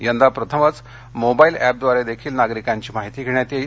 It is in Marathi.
यंदा प्रथमच मोबाइल ऍपद्वारेदेखील नागरिकांची माहिती घेण्यात येईल